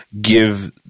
give